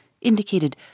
indicated